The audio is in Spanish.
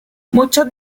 muchos